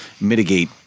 mitigate